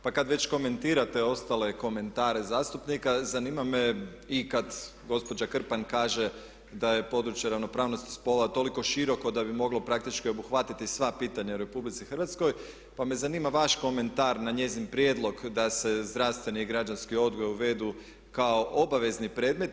Pa kad već komentirate ostale komentare zastupnika zanima me i kad gospođa Krpan kaže da je područje ravnopravnosti spolova toliko široko da bi moglo praktički obuhvatiti sva pitanja u RH, pa me zanima vaš komentar na njezin prijedlog da se zdravstveni i građanski odgoj uvedu kao obavezni predmeti?